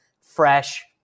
fresh